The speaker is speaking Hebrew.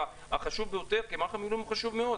החשוב ביותר מערך המילואים הוא חשוב מאוד.